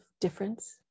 difference